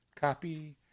Copy